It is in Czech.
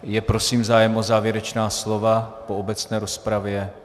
Je prosím zájem o závěrečná slova po obecné rozpravě?